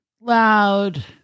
loud